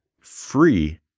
free